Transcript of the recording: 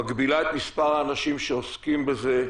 מגבילה את מס' האנשים שעוסקים בזה,